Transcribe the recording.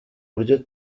buryo